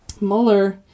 Mueller